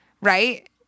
right